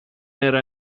era